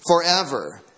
forever